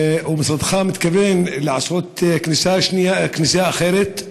או משרדך, מתכוון לעשות כניסה אחרת?